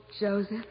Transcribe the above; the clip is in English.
Joseph